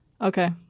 Okay